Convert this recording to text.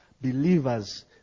believers